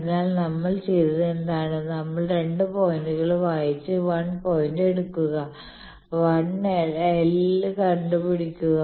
അതിനാൽ നമ്മൾ ചെയ്തത് എന്താണ് നമ്മൾ 2 പോയിന്റുകൾ വായിച്ച് 1 പോയിന്റ് എടുക്കുക l 1 കണ്ടുപിടിക്കുക